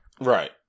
Right